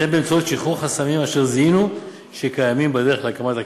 וכן באמצעות שחרור חסמים אשר זיהינו שקיימים בדרך להקמת הקרנות.